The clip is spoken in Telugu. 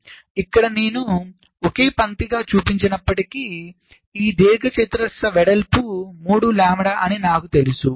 కాబట్టి ఇక్కడ నేను ఒకే పంక్తిగా చూపించినప్పటికీ ఈ దీర్ఘచతురస్ర వెడల్పు 3 లాంబ్డా అని నాకు తెలుసు